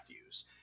Matthews